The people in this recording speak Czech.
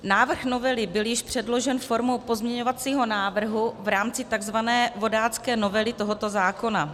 Návrh novely byl již předložen formou pozměňovacího návrhu v rámci takzvané vodácké novely tohoto zákona.